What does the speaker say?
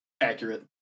Accurate